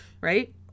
right